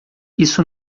isso